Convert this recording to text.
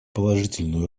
положительную